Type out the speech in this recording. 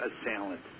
assailant